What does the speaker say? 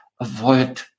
avoid